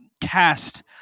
cast